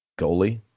goalie